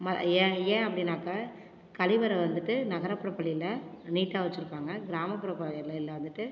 ஆமாம் ஏன் ஏன் அப்படினாக்கா கழிவறை வந்துட்டு நகரப்புற பள்ளியில் நீட்டாக வச்சுருப்பாங்க கிராமப்புற பள்ளிகளில் வந்துட்டு